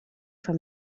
for